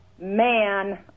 Man